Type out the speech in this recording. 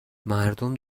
مردم